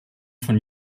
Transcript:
von